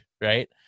right